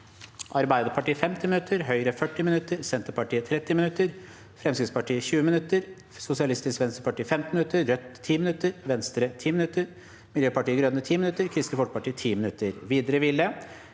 Arbeiderpartiet 50 minutter, Høyre 40 minutter, Senterpartiet 30 minutter, Fremskrittspartiet 20 minutter, Sosialistisk Venstreparti 15 minutter, Rødt 10 minutter, Venstre 10 minutter, Miljøpartiet De Grønne 10 minutter og Kristelig Folkeparti 10 minutter. Videre vil